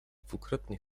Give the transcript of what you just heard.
dwukrotnie